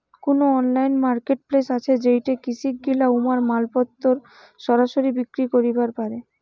কুনো online marketplace আছে যেইঠে কৃষকগিলা উমার মালপত্তর সরাসরি বিক্রি করিবার পারে?